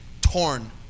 torn